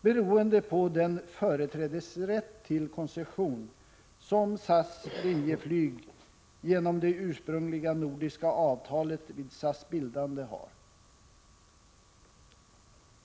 beroende på den företrädesrätt till koncession som SAS och Linjeflyg har genom det ursprungliga nordiska avtalet vid SAS bildande.